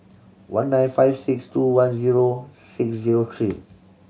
one nine five six two one zero six zero three